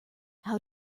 how